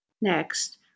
Next